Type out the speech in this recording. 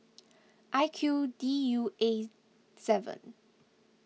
I Q D U A seven